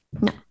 no